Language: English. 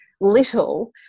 little